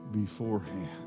beforehand